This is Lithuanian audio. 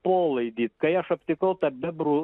polaidį kai aš aptikau tą bebrų